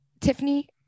Tiffany